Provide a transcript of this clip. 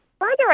further